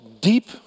deep